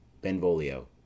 Benvolio